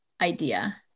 idea